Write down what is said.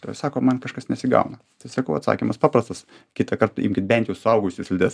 tai va sako man kažkas nesigauna tai sakau atsakymas paprastas kitą kart imkit bent jau suaugusių slides